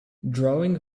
drawing